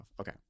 Okay